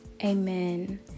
amen